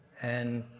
and.